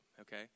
okay